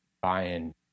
buying